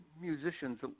musicians